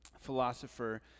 philosopher